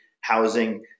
housing